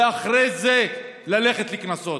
ואחרי זה ללכת לקנסות.